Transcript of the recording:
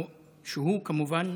שהוא כמובן